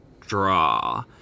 draw